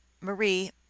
Marie